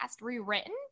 Rewritten